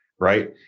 right